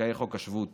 זכאי חוק השבות